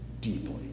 deeply